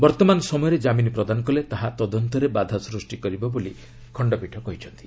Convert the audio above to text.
ବର୍ଭମାନ ସମୟରେ ଜାମିନ୍ ପ୍ରଦାନ କଲେ ତାହା ତଦନ୍ତରେ ବାଧାସୃଷ୍ଟି କରିବ ବୋଲି ଖଣ୍ଡପୀଠ କହିଛନ୍ତି